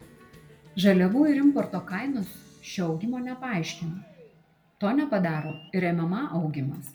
žaliavų ir importo kainos šio augimo nepaaiškina to nepadaro ir mma augimas